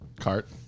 Cart